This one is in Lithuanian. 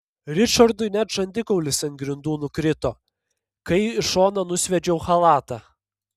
ričardui net žandikaulis ant grindų nukrito kai į šoną nusviedžiau chalatą